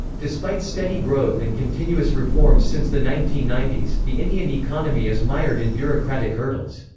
despite steady growth and continuous reforms since the nineteen ninety s, the indian economy is mired in bureaucratic hurdles.